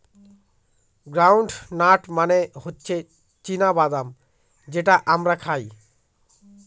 ground nut মানে হচ্ছে চীনা বাদাম যেটা আমরা খাই